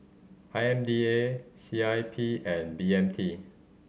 I M D A C I P and B M T